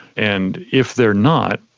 and if they're not,